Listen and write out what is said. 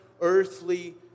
earthly